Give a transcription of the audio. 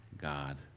God